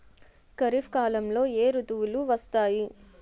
ఖరిఫ్ కాలంలో ఏ ఋతువులు వస్తాయి?